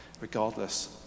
regardless